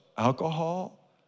Alcohol